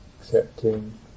accepting